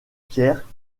pierre